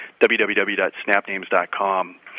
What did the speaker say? www.snapnames.com